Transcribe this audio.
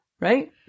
Right